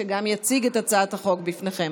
שגם יציג את הצעת החוק לפניכם.